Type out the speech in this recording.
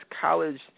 college